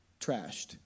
trashed